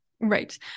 Right